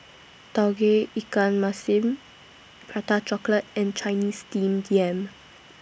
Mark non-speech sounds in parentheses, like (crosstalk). Tauge (noise) Ikan Masin Prata Chocolate and (noise) Chinese Steamed Yam